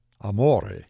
Amore